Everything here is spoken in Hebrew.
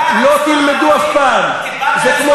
חברת הכנסת זהבה גלאון.